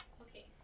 Okay